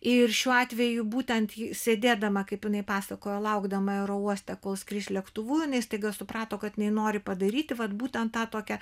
ir šiuo atveju būtent ji sėdėdama kaip jinai pasakojo laukdama aerouoste kol skris lėktuvu jinai staiga suprato kad jinai nori padaryti vat būtent tą tokią